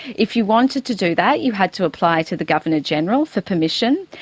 if you wanted to do that you had to apply to the governor general for permission,